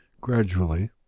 gradually